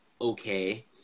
okay